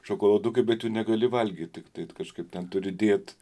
šokoladukai bet jų negali valgyt tik tai kažkaip ten turi dėt